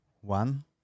one